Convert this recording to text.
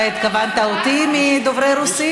אתה התכוונת אליי בדוברי הרוסית?